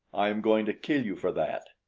i am going to kill you for that,